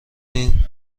این